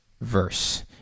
verse